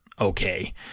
okay